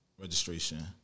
registration